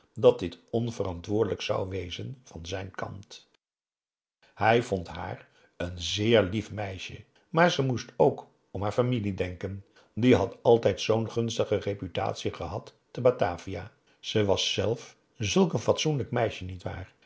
ps maurits onverantwoordelijk zou wezen van zijn kant hij vond haar een zeer lief meisje maar ze moest ook om haar familie denken die had altijd zoo'n gunstige reputatie gehad te batavia ze was zelf zulk een fatsoenlijk meisje niet waar